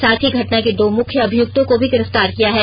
साथ ही घटना के दो मुख्य अभियुक्तों को भी गिरफ्तार किया है